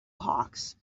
hawks